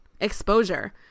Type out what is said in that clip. exposure